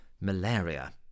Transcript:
Malaria